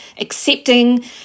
accepting